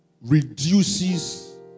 reduces